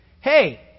hey